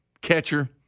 catcher